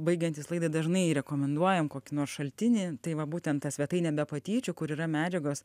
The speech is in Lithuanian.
baigiantis laidai dažnai rekomenduojam kokį nors šaltinį tai va būtent tą svetainę be patyčių kur yra medžiagos